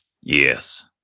Yes